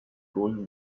going